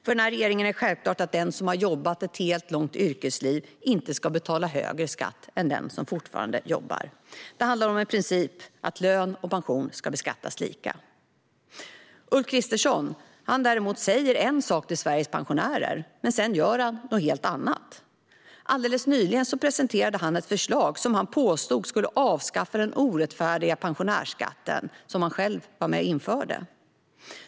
För den här regeringen är det självklart att den som har jobbat ett helt långt yrkesliv inte ska betala högre skatt än den som fortfarande jobbar. Det handlar om principen att lön och pension ska beskattas lika. Ulf Kristersson säger en sak till Sveriges pensionärer, men sedan gör han något helt annat. Alldeles nyligen presenterade han ett förslag som han påstod skulle avskaffa den orättfärdiga pensionärsskatten som han själv var med om att införa.